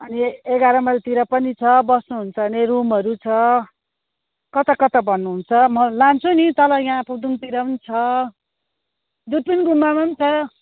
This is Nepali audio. अनि एघार माइलतिर पनि छ बस्नुहुन्छ भने रुमहरू छ कता कता भन्नुहुन्छ म लान्छु नि तल यहाँ पुदुङतिर पनि छ दुर्बिन गुम्बामा पनि छ